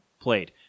played